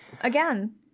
again